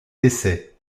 décès